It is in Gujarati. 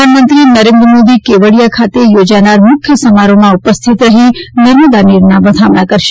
પ્રધાનમંત્રી નરેન્દ્ર મોદી કેવડીયા ખાતે યોજાનારા મુખ્ય સમારોહમાં ઉપસ્થિત રહી નર્મદાના નીરના વધામણા કરશે